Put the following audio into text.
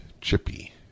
Chippy